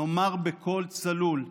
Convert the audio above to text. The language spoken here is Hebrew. נאמר בקול צלול: